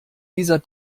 dieser